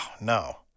no